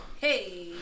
Hey